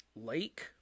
lake